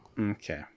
Okay